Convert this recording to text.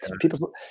people